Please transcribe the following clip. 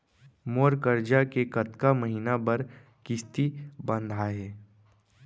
मोर करजा के कतका महीना बर किस्ती बंधाये हे?